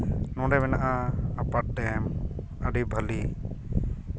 ᱱᱚᱸᱰᱮ ᱢᱮᱱᱟᱜᱼᱟ ᱟᱯᱟᱨ ᱰᱮᱢ ᱟᱹᱰᱤ ᱵᱷᱟᱹᱞᱤ